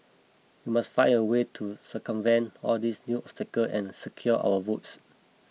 we must find a way to circumvent all these new obstacle and secure our votes